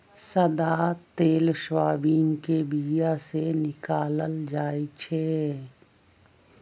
सदा तेल सोयाबीन के बीया से निकालल जाइ छै